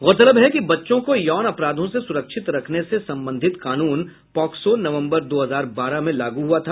गौरतलब है कि बच्चों को यौन अपराधों से सुरक्षित रखने से संबंधित कानून पॉक्सो नवम्बर दो हजार बारह में लागू हुआ था